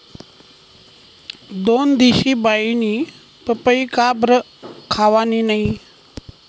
दोनदिशी बाईनी पपई काबरं खावानी नै